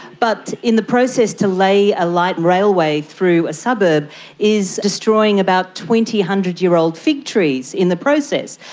but in the process to lay a light railway through a suburb is destroying about twenty one hundred year old fig trees in the process.